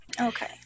Okay